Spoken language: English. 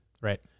Right